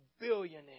billionaire